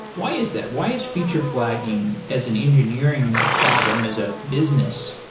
why is that? why is feature flagging as an engineering problem as a business?